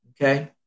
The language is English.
Okay